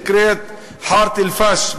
שנקראת חארת-אלפש,